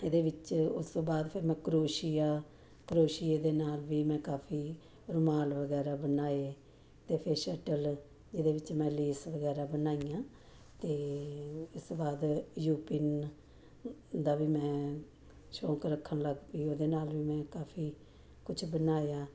ਇਹਦੇ ਵਿੱਚ ਉਸ ਤੋਂ ਬਾਅਦ ਫਿਰ ਮੈਂ ਕਰੋਸ਼ੀਆ ਕਰੋਸ਼ੀਏ ਦੇ ਨਾਲ ਵੀ ਮੈਂ ਕਾਫੀ ਰੁਮਾਲ ਵਗੈਰਾ ਬਣਾਏ ਅਤੇ ਫਿਰ ਸਰਟਲ ਇਹਦੇ ਵਿੱਚ ਮੈਂ ਲੇਸ ਵਗੈਰਾ ਬਣਾਈਆਂ ਅਤੇ ਇਸ ਤੋਂ ਬਾਅਦ ਯੂਪਿੰਨ ਦਾ ਵੀ ਮੈਂ ਸ਼ੌਕ ਰੱਖਣ ਲੱਗ ਪਈ ਉਹਦੇ ਨਾਲ ਵੀ ਮੈਂ ਕਾਫੀ ਕੁਛ ਬਣਾਇਆ